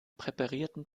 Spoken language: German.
präparierten